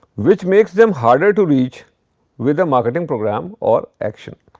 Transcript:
which makes them harder to reach with a marketing program or action.